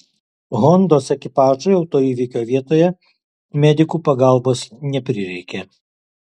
hondos ekipažui autoįvykio vietoje medikų pagalbos neprireikė